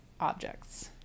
objects